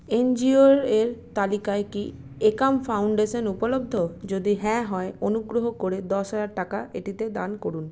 N G ওয়ের তালিকায় কি একাম ফাউন্ডেশান উপলব্ধ যদি হ্যাঁ হয় অনুগ্রহ করে দশ হাজার টাকা এটিতে দান করুন